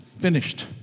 finished